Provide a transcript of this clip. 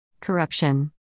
Corruption